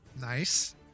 nice